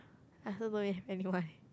I also don't have anyone leh